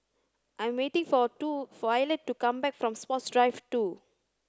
I'm waiting for two Violet to come back from Sports Drive two